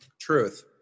Truth